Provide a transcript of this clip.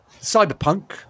Cyberpunk